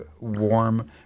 warm